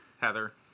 heather